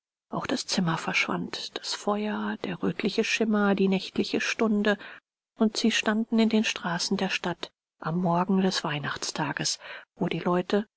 auch das zimmer verschwand das feuer der rötliche schimmer die nächtliche stunde und sie standen in den straßen der stadt am morgen des weihnachtstages wo die leute